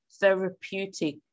therapeutic